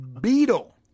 Beetle